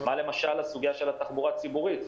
מה למשל בסוגיה של התחבורה הציבורית?